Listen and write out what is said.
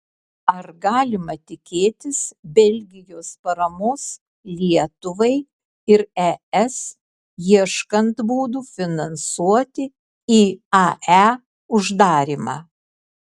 ar galima tikėtis belgijos paramos lietuvai ir es ieškant būdų finansuoti iae uždarymą